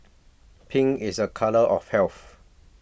pink is a colour of health